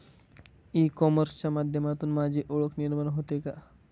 E कॉमर्सच्या माध्यमातून माझी ओळख निर्माण होते का?